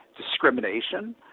discrimination